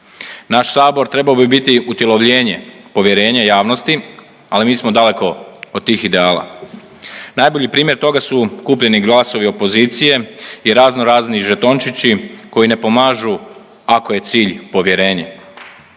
Naš sabor trebao bi biti utjelovljenje, povjerenje javnosti, ali mi smo daleko od tih ideala. Najbolji primjer toga su kupljeni glasovi opozicije i razno razni žetončići koji ne pomažu ako je cilj povjerenje.